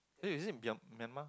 eh is it myan~ myanmar